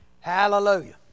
Hallelujah